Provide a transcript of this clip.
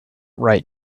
right